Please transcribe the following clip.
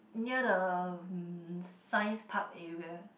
near the science park area